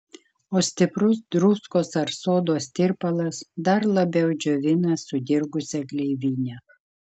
o stiprus druskos ar sodos tirpalas dar labiau džiovina sudirgusią gleivinę